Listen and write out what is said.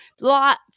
Lots